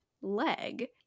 leg